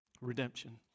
redemption